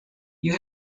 you